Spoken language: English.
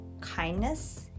kindness